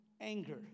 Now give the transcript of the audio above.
anger